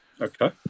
Okay